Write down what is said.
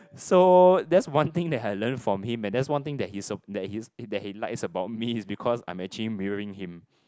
so that's one thing that had learn from him and that's one thing that he's that he's that he likes about me is because I'm actually mirroring him